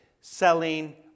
selling